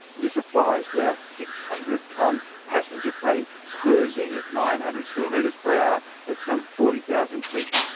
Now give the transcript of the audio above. this applies to our six hundred tonne passenger plane cruising at nine hundred kilometres per hour at some forty thousand feet.